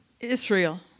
Israel